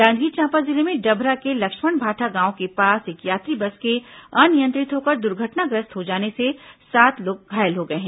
जांजगीर चांपा जिले में डभरा के लक्ष्मणभाटा गांव के पास एक यात्री बस के अनियंत्रित होकर दुर्घटनाग्रस्त हो जाने से सात लोग घायल हो गए हैं